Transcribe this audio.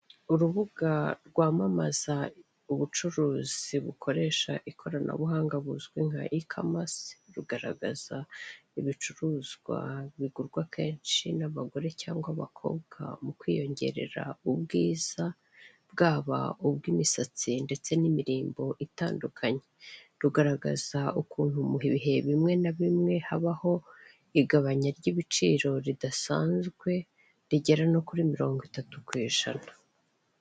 Urubuga rwamamaza ubucuruzi bukoresha ikoranabuhanga buzwi nka ikamasi, rugaragaza ibicuruzwa bigurwa kenshi n'abagore cyangwa abakobwa mu kwiyongerera ubwiza, bwaba ubw'imisatsi ndetse n'imirimbo itandukanye, rugaragaza ukuntu mu ibihe bimwe na bimwe habaho igabanya ry'ibiciro ridasanzwe, rigera no kuri mirongo itatu ku ijana.